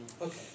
Okay